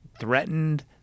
threatened